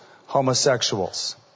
homosexuals